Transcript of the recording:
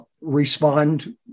respond